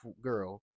girl